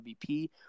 MVP